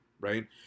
right